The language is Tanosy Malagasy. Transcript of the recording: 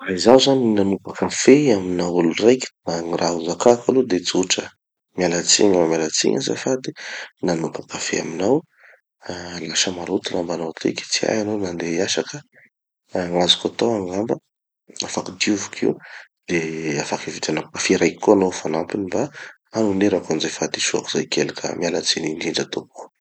Raha izaho zany nanopa kafe amina olo raiky da gny raha ho zakako aloha de tsotra. Mialatsigny aho mialatsigny azafady nanopa kafe aminao. Lasa maloto lambanao tiky, tsy hay hanao na handeha hiasa ka gn'azoko atao angamba, afaky dioviko io, de afaky ividianako kafe raiky koa hanao ho fanampiny mba hagnonerako anizay fahadisoako zay kely ka mialatsiny indrindra tompoko.